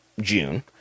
June